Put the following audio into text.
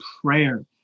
prayer